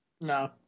No